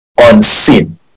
unseen